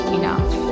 enough